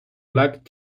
black